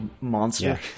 monster